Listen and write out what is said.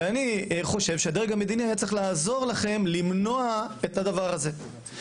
אני חושב שהדרג המדיני היה צריך לעזור לכם למנוע את הדבר הזה.